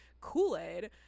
Kool-Aid